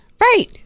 Right